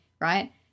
right